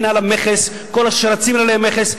אין עליו מכס, על כל השרצים האלה אין מכס.